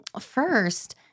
First